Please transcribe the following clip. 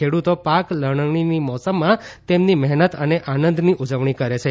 ખેડૂતો પાક લણણીની મોસમમાં તેમની મહેનત અને આનંદની ઉજવણી કરે છે